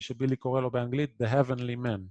שבילי קורא לו באנגלית The Heavenly Man